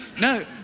No